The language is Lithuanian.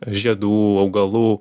žiedų augalų